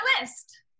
list